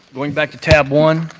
going back to tab one.